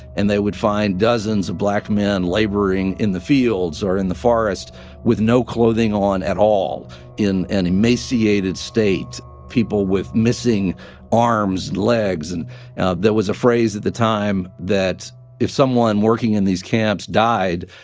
and they would find dozens of black men laboring in the fields or in the forest with no clothing on at all in an emaciated state people with missing arms and legs. and there was a phrase at the time that if someone working in these camps died,